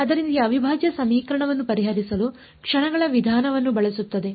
ಆದ್ದರಿಂದ ಈ ಅವಿಭಾಜ್ಯ ಸಮೀಕರಣವನ್ನು ಪರಿಹರಿಸಲು ಕ್ಷಣಗಳ ವಿಧಾನವನ್ನು ಬಳಸುತ್ತದೆ